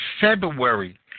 February